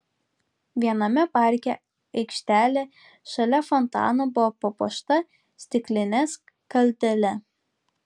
viename parke aikštelė šalia fontano buvo papuošta stikline skaldele